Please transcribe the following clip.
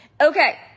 Okay